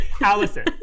Allison